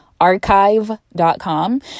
archive.com